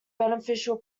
beneficial